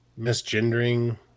misgendering